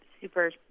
super